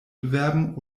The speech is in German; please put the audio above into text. bewerben